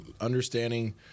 Understanding